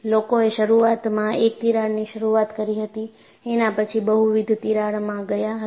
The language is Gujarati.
લોકોએ શરૂઆતમાં એક તિરાડથી શરૂઆત કરી હતી એના પછી બહુવિધ તિરાડમાં ગયા હતા